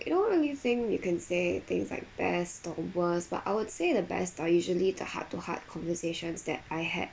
don't really think you can say things like best or worst but I would say the best are usually the heart to heart conversations that I had